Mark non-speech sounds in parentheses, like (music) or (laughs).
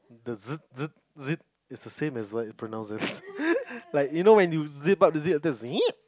the z~ z~ zip is the same as like you pronounce it (laughs) like you know when you sip up the zip after then it like zip